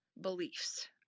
beliefs